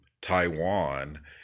taiwan